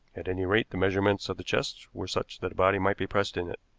at any rate, the measurements of the chest were such that a body might be pressed in it.